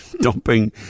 dumping